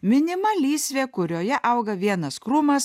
minima lysvė kurioje auga vienas krūmas